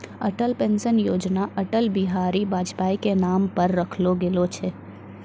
Atal pension योजना अटल बिहारी वाजपेई के नाम पर रखलो गेलो छै